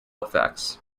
effects